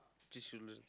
three children